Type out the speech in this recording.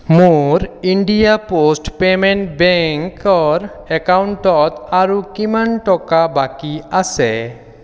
মোৰ India post payment বেংকৰ একাউণ্টত আৰু কিমান টকা বাকী আছে